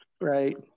right